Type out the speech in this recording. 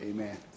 Amen